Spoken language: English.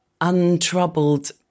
untroubled